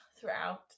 throughout